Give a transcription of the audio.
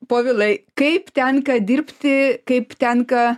povilai kaip tenka dirbti kaip tenka